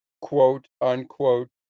quote-unquote